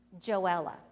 Joella